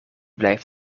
blijft